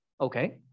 Okay